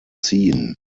ziehen